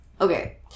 okay